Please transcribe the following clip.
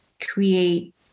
create